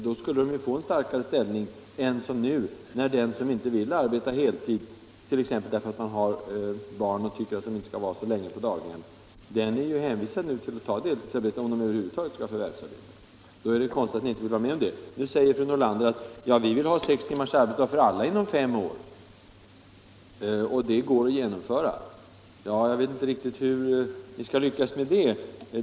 Då skulle de kunna få en starkare ställning än nu, då den som inte vill ha heltidsarbete, t.ex. därför att man inte vill att barnet skall vara för länge på daghem, är hänvisad till deltidsarbete om man över huvud taget vill förvärvsarbeta. Nu säger fru Nordlander att kommunisterna vill ha sex timmars arbetsdag genomförd för alla inom fem år och att det kravet går att förverkliga. Ja, jag vet inte riktigt hur ni skall lyckas med det.